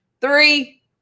Three